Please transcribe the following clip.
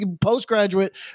postgraduate